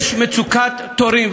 יש מצוקת תורים,